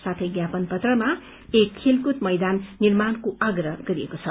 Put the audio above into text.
साथै ज्ञापन पत्रमा एक खेलकूद मैदान निमार्णको आप्रह गरिएको छ